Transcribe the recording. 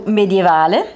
medievale